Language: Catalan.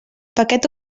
paquet